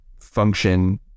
function